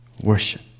worship